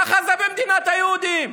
ככה זה במדינת היהודים.